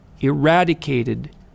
Eradicated